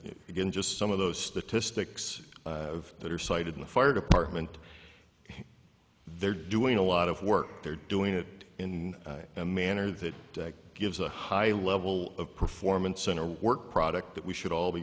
again just some of those statistics that are cited in the fire department they're doing a lot of work they're doing it in a manner that gives a high level of performance in a work product that we should all be